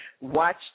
Watch